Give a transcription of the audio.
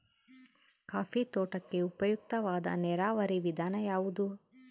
Coffee ತೋಟಕ್ಕೆ ಉಪಯುಕ್ತವಾದ ನೇರಾವರಿ ವಿಧಾನ ಯಾವುದು?